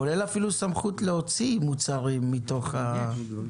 כולל אפילו סמכות להוציא מוצרים מתוך הרשימה,